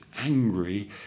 angry